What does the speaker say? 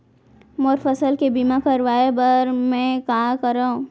मोर फसल के बीमा करवाये बर में का करंव?